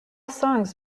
songs